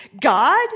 God